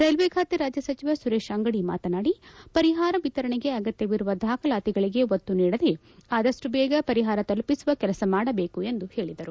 ರೈಲ್ಲೆ ಖಾತೆ ರಾಜ್ಯ ಸಚಿವ ಸುರೇಶ್ ಅಂಗಡಿ ಮಾತನಾಡಿ ಪರಿಹಾರ ವಿತರಣೆಗೆ ಅಗತ್ತವಿರುವ ದಾಖಲಾತಿಗಳಿಗೆ ಒತ್ತು ನೀಡದೆ ಆದಷ್ಟು ಬೇಗ ಪರಿಹಾರ ತಲುಪಿಸುವ ಕೆಲಸ ಮಾಡಬೇಕು ಎಂದು ಹೇಳಿದರು